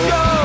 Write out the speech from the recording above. go